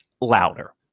louder